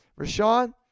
Rashawn